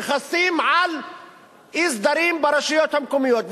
מכסים על אי-סדרים ברשויות המקומיות.